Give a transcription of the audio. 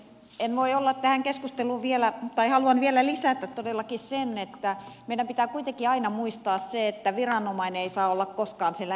haluan vielä lisätä tähän keskusteluun todellakin sen että meidän pitää kuitenkin aina muistaa se että viranomainen ei saa olla koskaan se lähin omainen